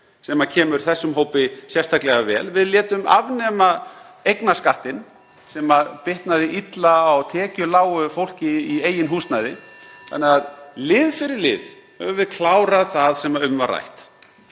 sem kemur þessum hópi sérstaklega vel. (Forseti hringir.) Við létum afnema eignarskattinn sem bitnaði illa á tekjulágu fólki í eigin húsnæði þannig að lið fyrir lið höfum við klárað það sem um var rætt.